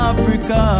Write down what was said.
Africa